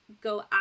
go